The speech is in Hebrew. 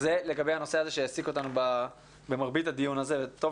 זה לגבי הנושא שהעסיק אותנו במרבית הדיון וטוב